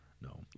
no